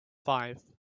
five